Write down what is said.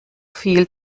viel